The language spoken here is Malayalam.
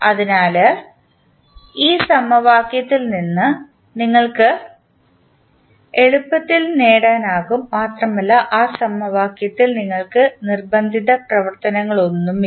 അതിനാൽ ഈ സമവാക്യത്തിൽ നിന്ന് നിങ്ങൾക്ക് എളുപ്പത്തിൽ നേടാനാകും മാത്രമല്ല ആ സമവാക്യത്തിൽ നിങ്ങൾക്ക് നിർബന്ധിത പ്രവർത്തനങ്ങളൊന്നുമില്ല